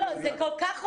זה כל כך אופייני,